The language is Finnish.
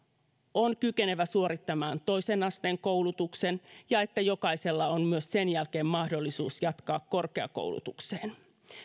on kykenevä suorittamaan toisen asteen koulutuksen ja että jokaisella on myös sen jälkeen mahdollisuus jatkaa korkeakoulutukseen